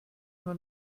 nur